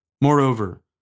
Moreover